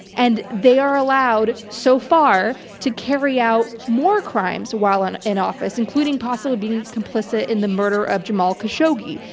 and they are allowed, so far, to carry out more crimes while and in office, including possibly being complicit in the murder of jamal khashoggi,